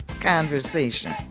conversation